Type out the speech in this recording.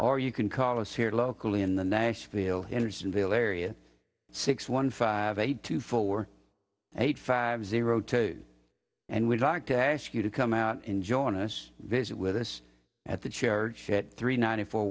or you can call us here locally in the nashville hendersonville area six one five eight two four eight five zero two and we'd like to ask you to come out and join us visit with us at the church it three ninety four